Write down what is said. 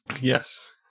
Yes